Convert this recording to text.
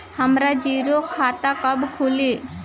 हमरा जीरो खाता कब खुली?